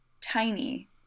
tiny